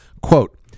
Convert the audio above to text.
quote